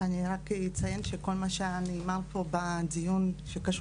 אני רק אציין שכל מה שנאמר פה בדיון שקשור